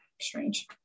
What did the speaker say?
Strange